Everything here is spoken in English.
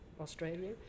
Australia